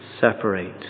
separate